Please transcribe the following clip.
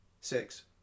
six